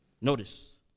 Notice